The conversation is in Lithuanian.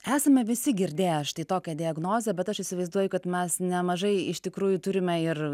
esame visi girdėję štai tokią diagnozę bet aš įsivaizduoju kad mes nemažai iš tikrųjų turime ir